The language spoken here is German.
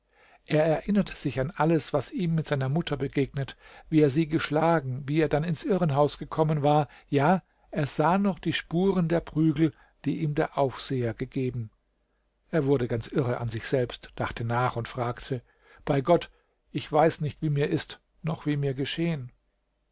er erinnerte sich an alles was ihm mit seiner mutter begegnet wie er sie geschlagen wie er dann ins irrenhaus gekommen war ja er sah noch die spuren der prügel die ihm der aufseher gegeben er wurde ganz irre an sich selbst dachte nach und fragte bei gott ich weiß nicht wie mir ist noch wie mir geschehen